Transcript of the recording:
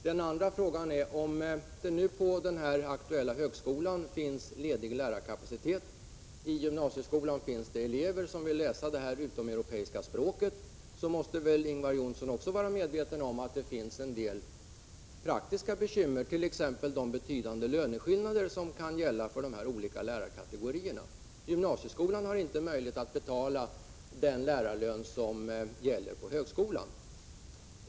Om det nu på den aktuella högskolan finns ledig lärarkapacitet och elever i gymnasieskolan som vill läsa utomeuropeiska språk, måste det — Ingvar Johnsson måste vara medveten om det — uppstå en del praktiska bekymmer, t.ex. de betydande löneskillnader som kan gälla för de olika lärarkategorierna. Gymnasieskolan har inte möjlighet att betala de lärarlöner som gäller på högskolan.